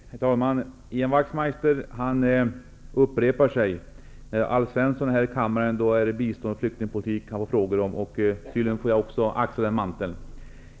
Herr talman! Ian Wachtmeister upprepar sig. När Alf Svensson är i kammaren får han frågor om bistånds och flyktingpolitik. Det är tydligt att jag nu får axla den manteln.